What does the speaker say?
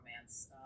romance